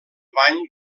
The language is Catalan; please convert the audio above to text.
bany